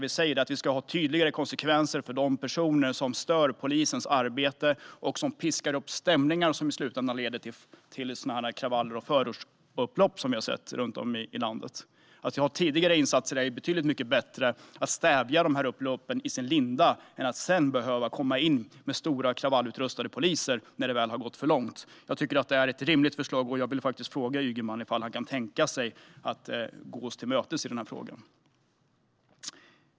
Vi säger att det ska vara tydligare konsekvenser för de personer som stör polisens arbete och som piskar upp stämningar som i slutändan leder till sådana kravaller och förortsupplopp som vi har sett runt om i landet. Tidiga insatser är betydligt bättre för att stävja dessa upplopp i sin linda än att senare sätta in kravallutrustade poliser när det har gått för långt. Jag tycker att det är ett rimligt förslag, och jag vill fråga Ygeman om han kan tänka sig att gå oss till mötes i dessa frågor.